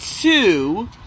two